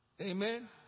Amen